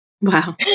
Wow